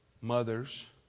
mothers